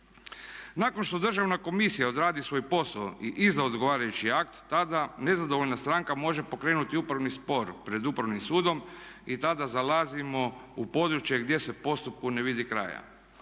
Nakon što Državna komisija odradi svoj posao i izda odgovarajući akt tada nezadovoljna stranka može pokrenuti upravni spor pred Upravnim sudom i tada zalazimo u područje gdje se postupku ne vidi kraja.